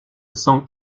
sang